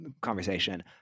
conversation